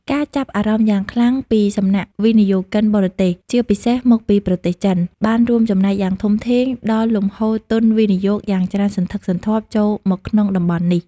ការចាប់អារម្មណ៍យ៉ាងខ្លាំងពីសំណាក់ វិនិយោគិនបរទេស ជាពិសេសមកពីប្រទេសចិន បានរួមចំណែកយ៉ាងធំធេងដល់លំហូរទុនវិនិយោគយ៉ាងច្រើនសន្ធឹកសន្ធាប់ ចូលមកក្នុងតំបន់នេះ។